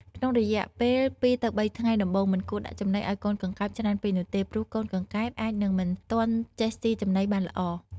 ក្នុងរយៈពេល ២ ទៅ ៣ ថ្ងៃដំបូង មិនគួរដាក់ចំណីឲ្យកូនកង្កែបច្រើនពេកនោះទេ ព្រោះកូនកង្កែបអាចនឹងមិនទាន់ចេះស៊ីចំណីបានល្អ។